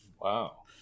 Wow